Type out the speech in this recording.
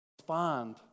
respond